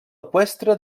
eqüestre